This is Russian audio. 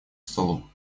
столу